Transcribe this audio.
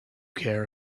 care